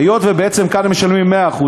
היות שבעצם כאן משלמים 100%,